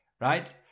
right